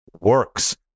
works